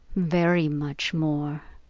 very much more,